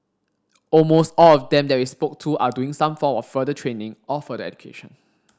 almost all of them that we spoke to are doing some form of further training or further education